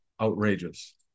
outrageous